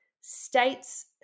states